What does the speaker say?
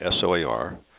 soar